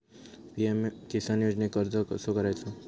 PM किसान योजनेक अर्ज कसो करायचो?